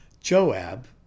Joab